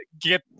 get